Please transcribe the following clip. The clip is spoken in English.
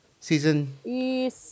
season